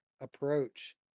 approach